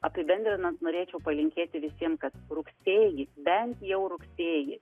apibendrinant norėčiau palinkėti visiem kad rugsėjis bent jau rugsėjį